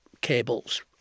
cables